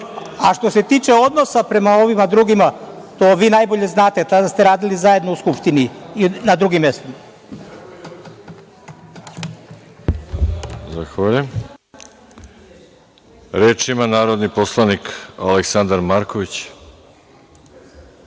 vas. Što se tiče odnosa prema ovima drugima, to vi najbolje znate. Tada ste radili zajedno u Skupštini i na drugim mestima.